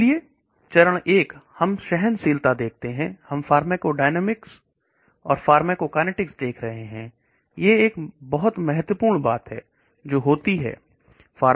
इसलिए चरण एक मैं हम सहनशीलता देखते हैं हम फार्मा को काइनेटिक्स और फार्माकोडायनेमिक्स देख रहे हैं यह एक बहुत महत्वपूर्ण बात होती है